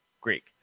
Greek